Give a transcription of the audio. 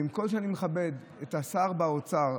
ועם כל זה שאני מכבד את השר באוצר,